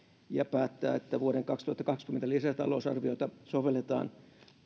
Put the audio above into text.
ja päättää että vuoden kaksituhattakaksikymmentä lisätalousarviota sovelletaan